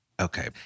Okay